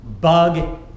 bug